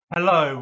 Hello